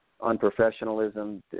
unprofessionalism